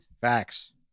Facts